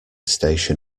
station